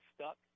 stuck